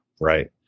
right